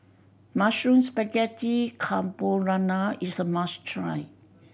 Mushroom Spaghetti Carbonara is a must try